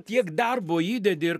tiek darbo įdedi ir